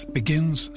begins